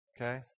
Okay